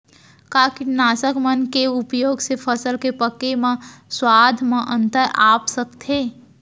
का कीटनाशक मन के उपयोग से फसल के पके म स्वाद म अंतर आप सकत हे?